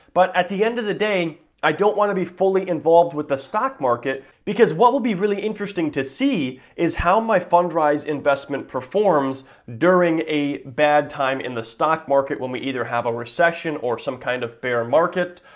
but at the end of the day i don't want to be fully involved with the stock market because what will be really interesting to see is how my fundrise investment performs during a bad time in the stock market when we either have a recession or some kind of bear market.